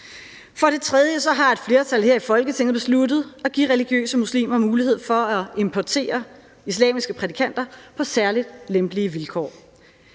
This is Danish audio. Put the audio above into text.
For det tredje har et flertal her i Folketinget besluttet at give religiøse muslimer mulighed for at importere islamiske prædikanter på særlig lempelige vilkår.